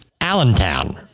Allentown